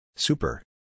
Super